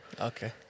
Okay